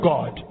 God